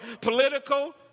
political